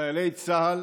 חיילי צה"ל